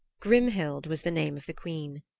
grimhild was the name of the queen.